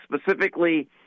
specifically